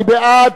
מי בעד?